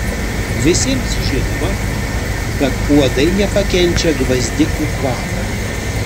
visiems žinoma kad uodai nepakenčia gvazdikų kvapo